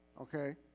Okay